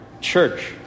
church